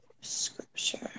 Scripture